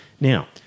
Now